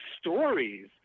stories